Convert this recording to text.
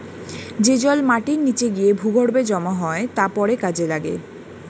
যে জল মাটির নিচে গিয়ে ভূগর্ভে জমা হয় তা পরে কাজে লাগে